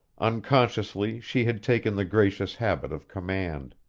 unconsciously she had taken the gracious habit of command.